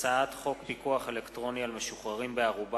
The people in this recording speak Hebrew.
הצעת חוק פיקוח אלקטרוני על משוחררים בערובה